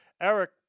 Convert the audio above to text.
Eric